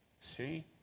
See